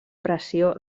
pressió